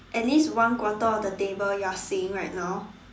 at least one quarter of the table you are seeing right now